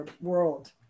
world